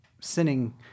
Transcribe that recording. sinning